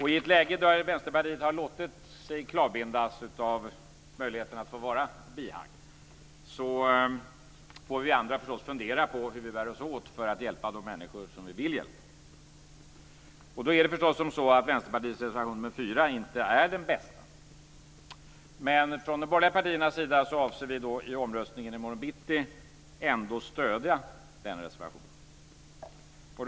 I ett läge där Vänsterpartiet har låtit sig klavbindas av möjligheten att få vara bihang får vi andra fundera på hur vi bär oss åt för att hjälpa de människor som vi vill hjälpa. Då är det förstås så att Vänsterpartiets reservation 4 inte är den bästa. Men från de borgerliga partiernas sida avser vi att i omröstningen i morgon bitti ändå stödja den reservationen.